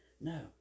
No